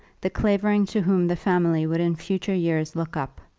the clavering to whom the family would in future years look up,